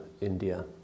India